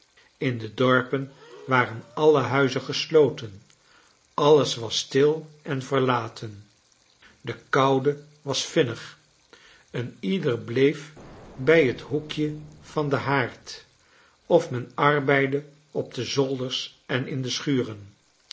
in de dorpen waren alle huizen gesloten alles was stil en verlaten de koude was vinnig een ieder bleef bij het hoekje van den haard of men arbeidde op de zolders en in schuren